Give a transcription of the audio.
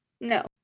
no